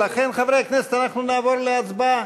לכן, חברי הכנסת, אנחנו נעבור להצבעה.